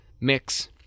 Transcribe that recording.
mix